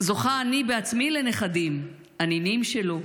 זוכה אני בעצמי לנכדים, הנינים שלו,